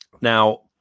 Now